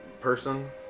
person